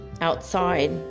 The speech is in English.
outside